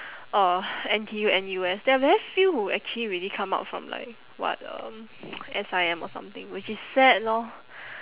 uh N_T_U N_U_S there are very few who actually really come out from like what um S_I_M or something which is sad lor